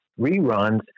reruns